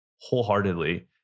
wholeheartedly